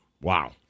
wow